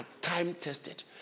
time-tested